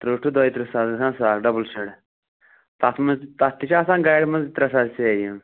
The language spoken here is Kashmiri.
تٕرٛہ ٹُو دۄیہِ تٕرٛہ ساس گژھان سا ڈَبُل شیڈٕ تَتھ منٛز تَتھ تہِ چھِ آسان گاڑِ منٛز ترٛےٚ ساس سیرِ یِم